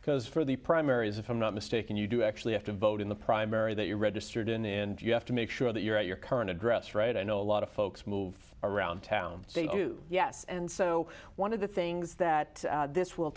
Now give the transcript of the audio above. because for the primaries if i'm not mistaken you do actually have to vote in the primary that you're registered in and you have to make sure that you're at your current address right i know a lot of folks move around town they do yes and so one of the things that this will